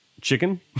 chicken